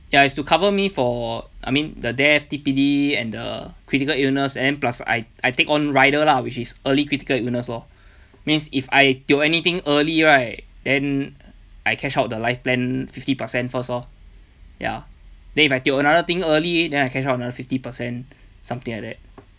ya it's to cover me for I mean the death T_P_D and the critical illness and plus I I take on rider lah which is early critical illness lor means if I tio anything early right then I cash out the life plan fifty percent first lor ya then if I tio another thing early then I cash out another fifty percent something like that